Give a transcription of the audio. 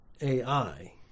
AI